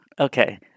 Okay